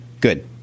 Good